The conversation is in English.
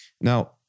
Now